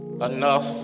enough